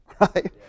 right